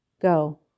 go